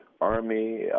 Army